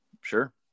Sure